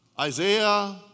Isaiah